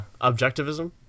objectivism